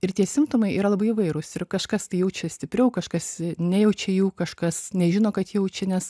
ir tie simptomai yra labai įvairūs ir kažkas tai jaučia stipriau kažkas nejaučia jų kažkas nežino kad jaučia nes